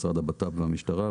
משרד הבט"פ והמשטרה.